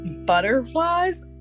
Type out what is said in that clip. butterflies